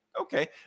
okay